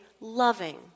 loving